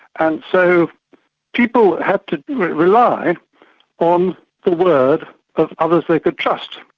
and so people had to rely on the word of others they could trust.